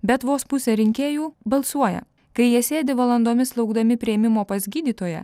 bet vos pusė rinkėjų balsuoja kai jie sėdi valandomis laukdami priėmimo pas gydytoją